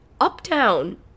uptown